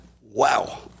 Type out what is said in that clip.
Wow